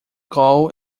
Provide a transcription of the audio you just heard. goal